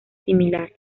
similar